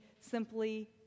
simply